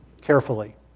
carefully